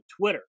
Twitter